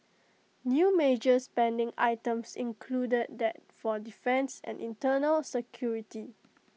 new major spending items included that for defence and internal security